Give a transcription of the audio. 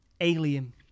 Alien